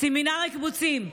סמינר הקיבוצים,